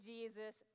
Jesus